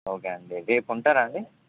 okay అండి రేపు ఉంటారా అండి